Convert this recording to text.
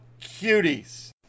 cuties